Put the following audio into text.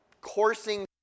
coursing